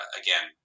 again